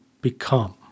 become